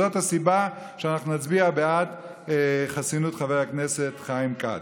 זאת הסיבה שאנחנו נצביע בעד חסינות חבר הכנסת חיים כץ.